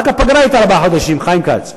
רק הפגרה היתה ארבעה חודשים, חיים כץ.